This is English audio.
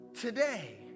today